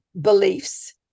beliefs